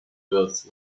births